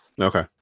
Okay